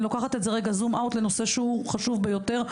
אני לוקחת רגע זום אאוט לנושא שהוא חשוב ביותר,